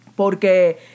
Porque